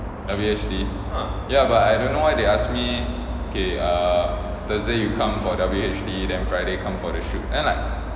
W_H_D ya but I don't know why they ask me okay err thursday you come for W_H_D then friday come for the shoot then like